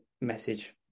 message